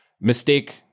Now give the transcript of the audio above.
mistake